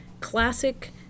classic